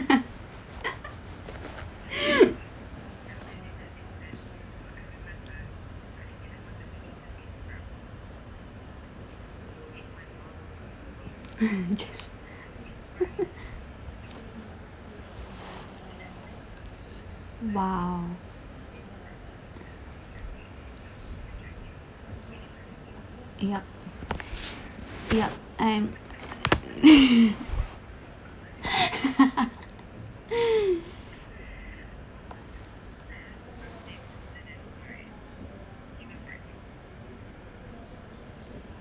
just !wow! yup yup I'm